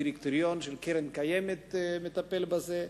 הדירקטוריון של קרן קיימת מטפל בזה.